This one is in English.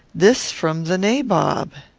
this from the nabob!